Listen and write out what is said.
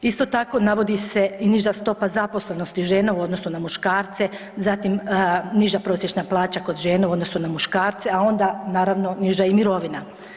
Isto tako navodi se i niža stopa zaposlenosti žena u odnosu na muškarce, zatim niža prosječna plaća kod žena u odnosu na muškarce, a onda naravno i niža mirovina.